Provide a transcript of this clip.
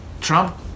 Trump